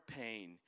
pain